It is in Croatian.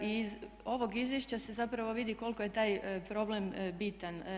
Iz ovog izvješća se zapravo vidi koliko je taj problem bitan.